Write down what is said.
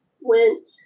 went